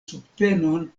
subtenon